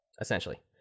essentially